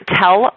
tell